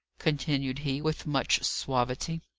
continued he, with much suavity.